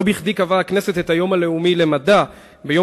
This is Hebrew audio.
לא בכדי קבעה הכנסת את היום הלאומי למדע ביום